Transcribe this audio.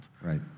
Right